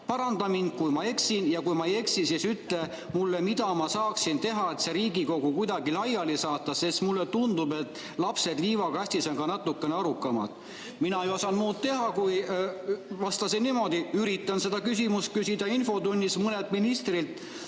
Paranda mind, kui ma eksin, ja kui ma ei eksi, siis ütle mulle, mida ma saaksin teha, et see Riigikogu kuidagi laiali saata, sest mulle tundub, et lapsed liivakastis on ka natuke arukamad." Mina ei osanud muud teha, kui vastasin niimoodi: üritan seda küsimust küsida infotunnis mõnelt ministrilt